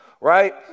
right